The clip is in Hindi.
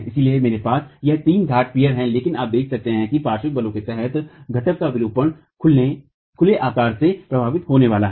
इसलिए मेरे पास यहां 3 घाटपियर हैं लेकिन आप देख सकते हैं कि पार्श्व बलों के तहत घाट का विरूपण खुले आकार से प्रभावित होने वाला है